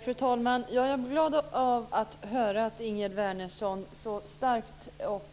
Fru talman! Jag blev glad av att höra att Ingegerd Wärnersson så starkt och